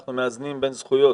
אנחנו מאזנים בין זכויות.